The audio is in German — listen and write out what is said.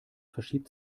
verschiebt